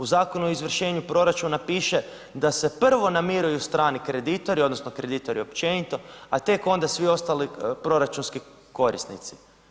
U Zakonu o izvršenju proračuna piše da se prvo namiruju strani kreditori, odnosno kreditori općenito a tek onda svi ostali proračunski korisnici.